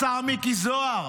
השר מיקי זוהר,